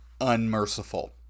unmerciful